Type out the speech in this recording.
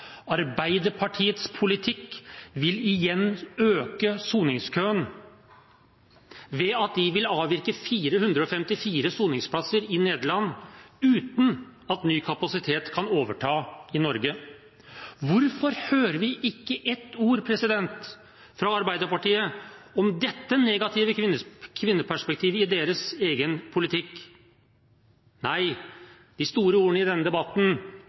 Arbeiderpartiets politikk vil igjen øke soningskøen ved at de vil avvikle 454 soningsplasser i Nederland, uten at ny kapasitet kan overta i Norge. Hvorfor hører vi ikke et ord fra Arbeiderpartiet om dette negative kvinneperspektivet i deres egen politikk? Nei, de store ordene i denne debatten